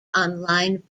online